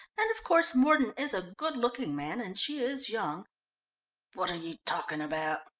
and, of course, mordon is a good-looking man and she is young what are you talking about?